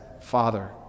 Father